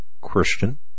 Christian